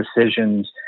decisions